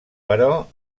però